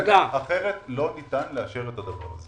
אחרת לא ניתן לאשר את הדבר הזה.